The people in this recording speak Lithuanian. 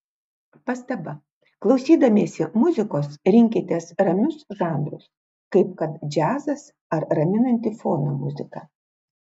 pastaba klausydamiesi muzikos rinkitės ramius žanrus kaip kad džiazas ar raminanti fono muzika